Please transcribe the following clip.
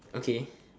okay